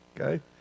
Okay